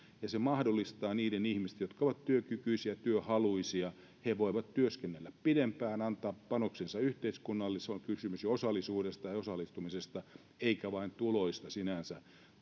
ja se mahdollistaa niille ihmisille jotka ovat työkykyisiä ja työhaluisia sen että he voivat työskennellä pidempään antaa panoksensa yhteiskunnalle siinä on kysymys osallisuudesta ja osallistumisesta eikä vain tuloista sinänsä